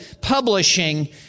Publishing